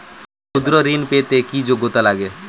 ক্ষুদ্র ঋণ পেতে কি যোগ্যতা লাগে?